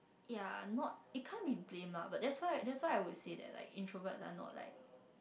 ya not it can't be blamed lah but that's why that's why I would say that like introverts are not like